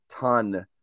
ton